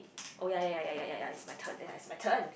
oh ya ya ya ya ya ya ya it's my turn ya it's my turn